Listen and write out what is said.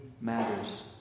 matters